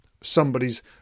Somebody's